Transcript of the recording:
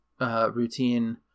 routine